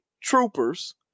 troopers